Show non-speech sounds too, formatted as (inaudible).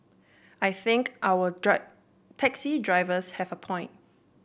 I think our (unintelligible) taxi drivers have a point